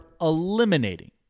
eliminating